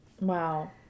Wow